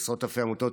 בעשרות אלפי עמותות,